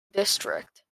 district